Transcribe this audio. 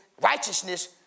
righteousness